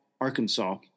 Arkansas